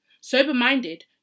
sober-minded